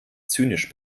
zynisch